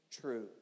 true